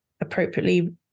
appropriately